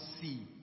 see